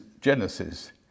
Genesis